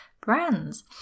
brands